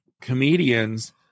comedians